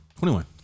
21